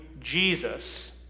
Jesus